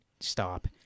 Stop